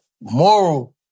moral